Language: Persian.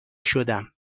شدم